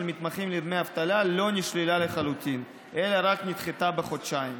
מתמחים לדמי אבטלה לא נשללה לחלוטין אלא רק נדחתה בחודשיים,